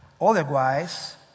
Otherwise